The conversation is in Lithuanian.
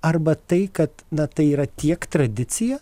arba tai kad na tai yra tiek tradicija